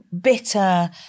bitter